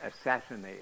assassinate